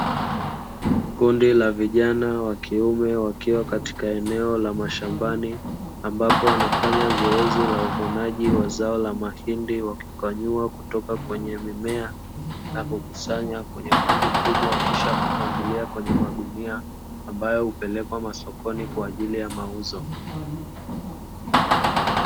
Kundi la vijana wa kiume wakiwa katika eneo la mashambani, ambapo wanafanya zoezi la uvunaji kwa kukwanyua kutoka kwenye mimea na kukusanya kwenye kundi kubwa kisha kupangilia kwenye magunia, ambayo hupelekwa masokoni kwa ajili ya mauzo.